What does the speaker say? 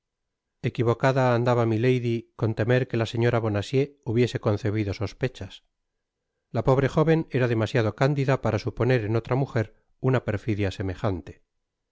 equivocada andaba milady con temer que la señora bonacieux hubiese concebido sospechas la pobre jóven era demasiado cándida para suponer en otra mujer una perfidia semejante